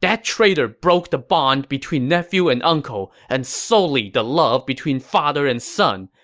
that traitor broke the bond between nephew and uncle and sullied the love between father and son,